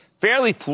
fairly